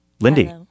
Lindy